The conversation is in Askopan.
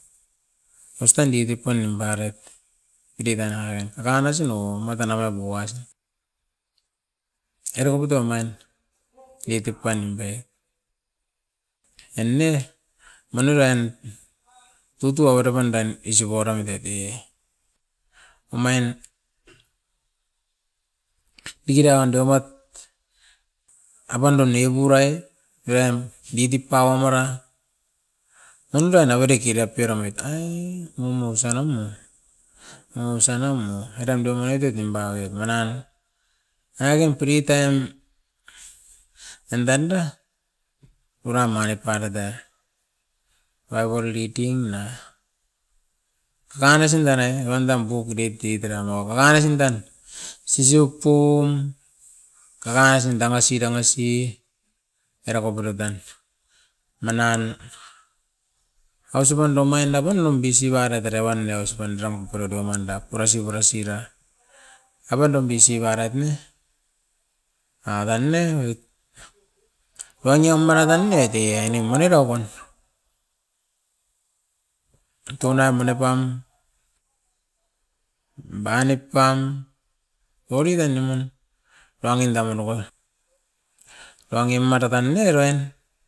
Ostan didipan nimparaiet, didan airan dakanasin o matan apaup uasin, era wapita omain etip pandae. E ne, mani uruain tutu avere pan dain isop puaramit e teie. Omain dikirian deumat a pandan nivurai meraim diki tip paua mora andan avere kiriapia ramit ai, mumo osanum mo, osan umo. Eran biop amatioit nimpa oit manan nangakaim free time andan da, uraim manit paraiet te. Raigol dikin na kakanasin danai randam buk u det e tera mo kakanasin tan sisiop pum kakaisin damasi damasi era koporiot tan, manan ausi panda omain da punum bisi barait era pan neo ausi pan deuram koredoam anda purasi purasi ra, apandan bisi barait ne, a dan ne oit wangiam mara tan ne te ainim marerau wan. Tunai mone pam, manga nip pam, oriran nimun duangin daperukua. Duangin matatan ne uruain.